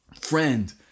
Friend